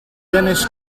dennis